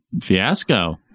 fiasco